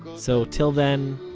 so till then,